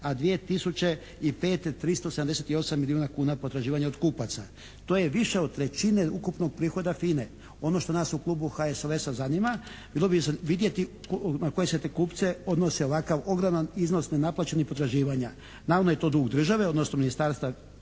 a 2005. 378 milijuna kuna potraživanja od kupaca. To je više od trećine ukupnog prihoda FINA-e. Ono što nas u klubu HSLS-a zanima bilo bi vidjeti na koje se to kupce odnose ovakav ogroman iznos nenaplaćenih potraživanja. Navodno je to dug države, odnosno ministarstva,